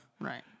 Right